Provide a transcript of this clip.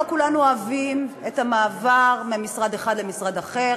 לא כולנו אוהבים את המעבר ממשרד אחד למשרד אחר,